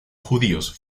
judíos